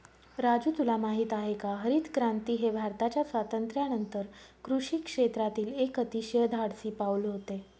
राजू तुला माहित आहे का हरितक्रांती हे भारताच्या स्वातंत्र्यानंतर कृषी क्षेत्रातील एक अतिशय धाडसी पाऊल होते